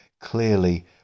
clearly